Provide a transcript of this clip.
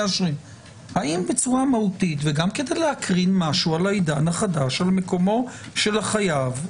האם בצורה מהותית וגם כדי להקרין משהו בעידן החדש על מקומו של החייב,